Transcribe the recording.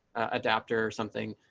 adapter or something.